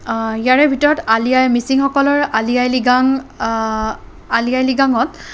ইয়াৰে ভিতৰত আলি আই মিচিংসকলৰ আলি আই লিগাং আলি আই লিগাঙত